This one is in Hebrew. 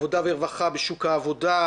ועדת העבודה ורווחה בשוק העבודה,